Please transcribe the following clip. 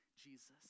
Jesus